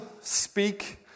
speak